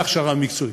והכשרה מקצועית.